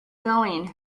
going